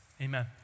Amen